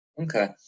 Okay